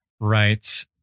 Right